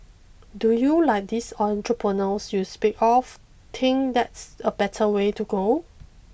do you like these entrepreneurs you speak of think that's a better way to go